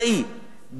בלתי תלוי,